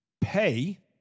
pay